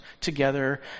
together